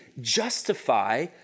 justify